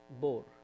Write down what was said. boar